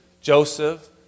Joseph